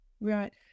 Right